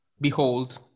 behold